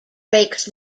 breaks